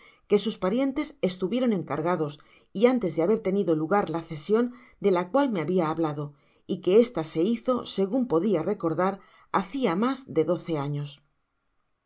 que sus parientes estuvieron encargados y antes de haber tenido lugar la cesion de la cual me habia hablado y que esta se hizo segun podia recordar hacia mas de doce años